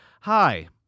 Hi